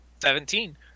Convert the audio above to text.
Seventeen